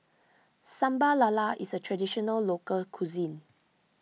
Sambal Lala is a Traditional Local Cuisine